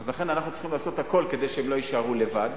לכן אנחנו צריכים לעשות הכול כדי שהם לא יישארו לבד,